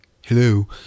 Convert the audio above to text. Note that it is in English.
Hello